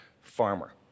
farmer